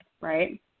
right